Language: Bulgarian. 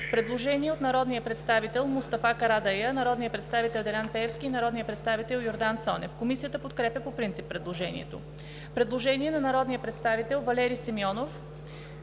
предложение от народния представител Мустафа Карадайъ, народния представител Делян Пеевски и народния представител Йордан Цонев. Комисията подкрепя по принцип предложението. Предложение на народните представители Валери Симеонов,